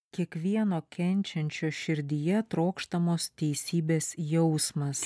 kiekvieno kenčiančio širdyje trokštamos teisybės jausmas